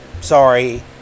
Sorry